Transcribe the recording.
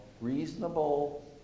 reasonable